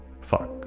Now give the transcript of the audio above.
Fuck